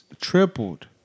tripled